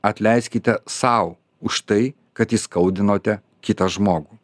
atleiskite sau už tai kad įskaudinote kitą žmogų